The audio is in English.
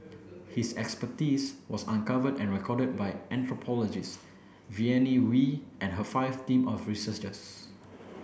his expertise was uncovered and recorded by anthropologist Vivienne Wee and her five team of researchers